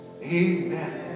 Amen